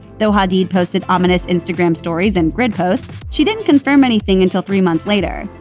though hadid posted ominous instagram stories and grid posts, she didn't confirm anything until three months later.